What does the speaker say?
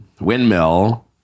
windmill